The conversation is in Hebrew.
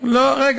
אתה